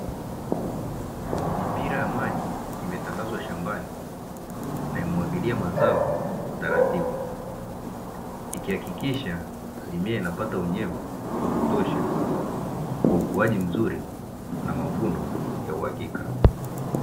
Mipira ya maji imetandazwa shambani na imemwagilia mazao kwa utaratibu, ikihakikisha mimea inapata unyevu wa kutosha kwa ukuaji mzuri na mavuno ya uhakika.